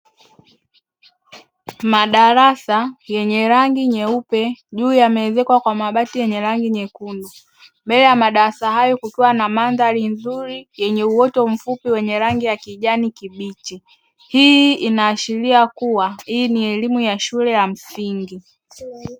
Madarasa yenye rangi nyeupe juu yameezekwa kwa mabati yenye rangi nyekundu mbele ya madarasa hayo, kukiwa na madhari nzuri yenye uoto mfupi wenye rangi ya kijani kibichi, hii inaashiria kuwa hii ni elimu ya shule ya msingi.